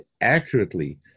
accurately